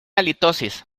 halitosis